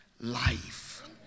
life